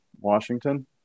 Washington